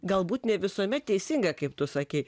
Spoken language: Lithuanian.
galbūt ne visuomet teisinga kaip tu sakei